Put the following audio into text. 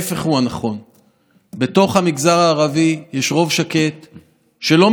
נושא את התאריך של יום